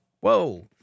whoa